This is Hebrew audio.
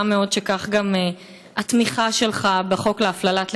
מאוד שכך גם התמיכה שלך בחוק להפללת לקוחות,